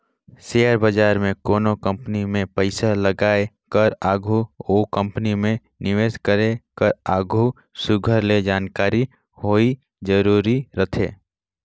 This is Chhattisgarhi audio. सेयर बजार में कोनो कंपनी में पइसा लगाए कर आघु ओ कंपनी में निवेस करे कर आघु सुग्घर ले जानकारी होवई जरूरी रहथे